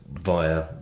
via